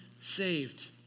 saved